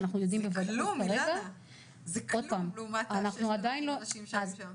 שאנחנו יודעים --- זה כלום לעומת האנשים שהיו שם.